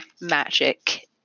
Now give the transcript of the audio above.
magic